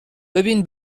ببین